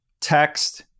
text